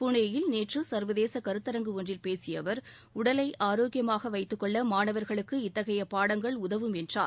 புனேயில் நேற்று சர்வதேச கருத்தரங்கு ஒன்றில் பேசிய அவர் உடலை ஆரோக்கியமாக வைத்துக்கொள்ள மாணவர்களுக்கு இத்தகைய பாடங்கள் உதவும் என்றார்